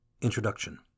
Introduction